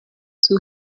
two